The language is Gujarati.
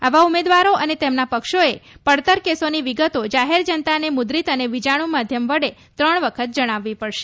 આવા ઉમેદવારો અને તેમના પક્ષોએ પડતર કેસોની વિગતો જાહેર જનતાને મુદ્રીત અને વિજાણુ માધ્યમ વડે ત્રણ વખત જણાવી પડશે